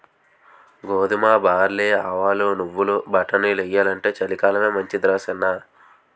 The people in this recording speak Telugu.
గోధుమ, బార్లీ, ఆవాలు, నువ్వులు, బటానీలెయ్యాలంటే చలికాలమే మంచిదరా సిన్నా